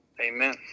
Amen